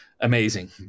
amazing